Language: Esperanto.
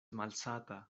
malsata